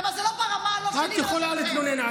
למה זה לא ברמה לא שלי ולא שלכם.